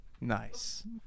Nice